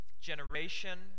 generation